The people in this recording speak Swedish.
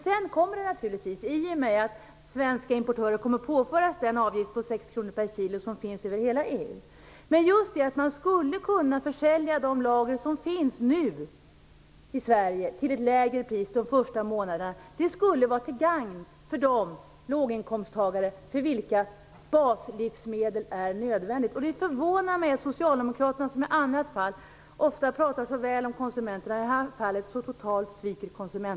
Sedan kommer naturligtvis höjningarna i och med att svenska importörer kommer att påföras den avgift på Det skulle vara till gagn för låginkomsttagarna, för vilka baslivsmedel är nödvändiga, om de lager som nu finns i Sverige kunde försäljas till ett lägre pris under de första månaderna. Det förvånar mig att socialdemokraterna, som i annat fall ofta pratar så väl om konsumenterna, i det här fallet totalt sviker dem.